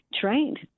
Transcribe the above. trained